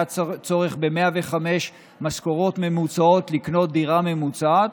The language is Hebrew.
היה צורך ב-105 משכורות ממוצעות לקנות דירה ממוצעת,